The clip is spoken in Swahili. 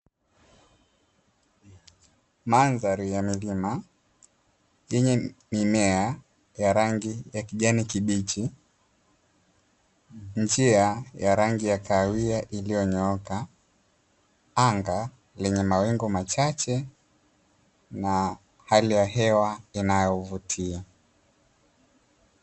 Madhari ya milima yenye mimea ya rangi ya kijani kibichi, njia ya rangi ya kahawia iliyoonyooka ,anga lenye mawingi machache na hali ya hewa inayovutia.